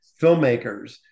filmmakers